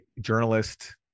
journalist